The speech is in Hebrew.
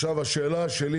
עכשיו, השאלה שלי